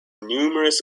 numerous